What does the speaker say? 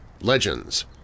legends